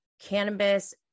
Cannabis